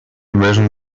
vision